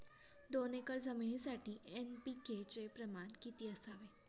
दोन एकर जमीनीसाठी एन.पी.के चे प्रमाण किती असावे?